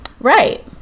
Right